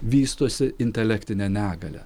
vystosi intelektinė negalia